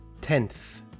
tenth